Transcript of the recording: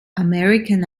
american